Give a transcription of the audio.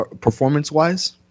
performance-wise